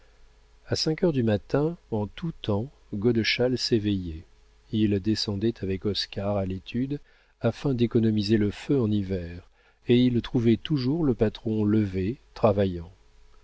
a cinq heures du matin en tout temps godeschal s'éveillait il descendait avec oscar à l'étude afin d'économiser le feu en hiver et ils trouvaient toujours le patron levé travaillant